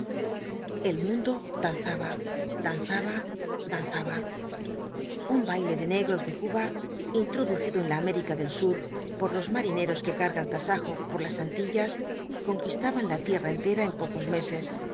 el mundo danzaba danzaba danzaba un baile de negros de cuba intro v bljlsoo ibáñb ducido en la américa del sur por los marineros qae cargan tasajo para las antillas conquistaba la tierra entera en pocos meses